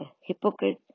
hypocrite